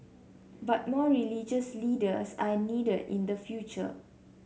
but more religious leaders are needed in the future